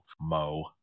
mo